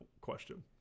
question